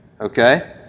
okay